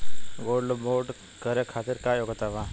Gold bond करे खातिर का योग्यता बा?